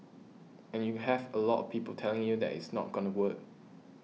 and you have a lot of people telling you that it's not gonna work